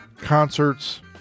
concerts